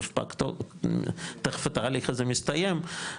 תיכף התהליך הזה מסתיים,